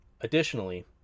Additionally